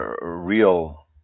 real